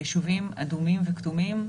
ביישובים אדומים וכתומים,